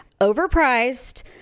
overpriced